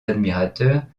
admirateurs